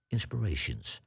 Inspirations